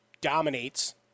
dominates